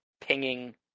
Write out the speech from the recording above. pinging